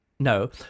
No